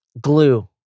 glue